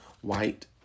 white